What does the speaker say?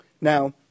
Now